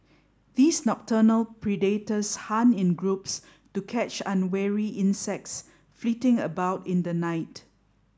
these nocturnal predators hunt in groups to catch unwary insects flitting about in the night